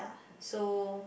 so